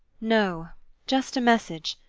no just a message.